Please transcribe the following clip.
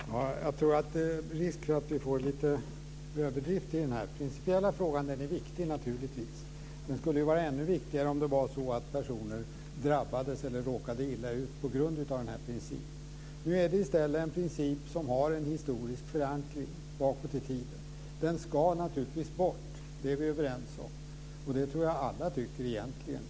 Herr talman! Jag tror att det finns risk för att det blir lite överdrifter här. Den principiella frågan är naturligtvis viktig. Den skulle vara ännu viktigare om det vore så att personer drabbades eller råkade illa ut på grund av den här principen. Nu är det i stället en princip som har en historisk förankring bakåt i tiden. Den ska naturligtvis bort. Det är vi överens om. Och det tror jag att alla tycker egentligen.